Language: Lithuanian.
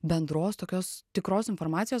bendros tokios tikros informacijos